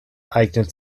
eignet